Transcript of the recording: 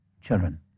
children